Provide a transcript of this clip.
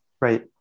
Right